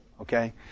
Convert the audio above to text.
Okay